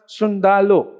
sundalo